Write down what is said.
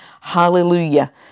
Hallelujah